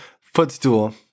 Footstool